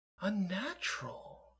unnatural